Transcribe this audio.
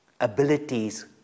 abilities